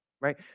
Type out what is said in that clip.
right